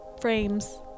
frames